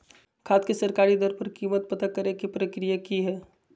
खाद के सरकारी दर पर कीमत पता करे के प्रक्रिया की हय?